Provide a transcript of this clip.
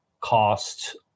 cost